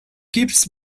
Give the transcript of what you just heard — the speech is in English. keeps